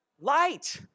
light